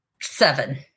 Seven